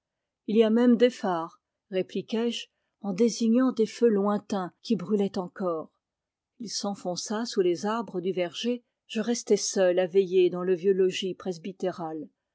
il y a même des phares répliquai-je en désignant des feux lointains qui brûlaient encore il s'enfonça sous les arbres du verger je restai seul à veiller dans le vieux logis